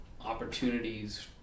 opportunities